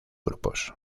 grupos